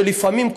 שלפעמים,